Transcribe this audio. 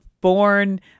born